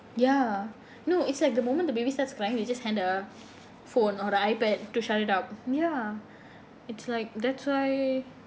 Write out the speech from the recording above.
ya no it's like the moment the baby starts crying you just hand the phone or the iPad to shut it out ya it's like that's why